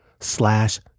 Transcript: Slash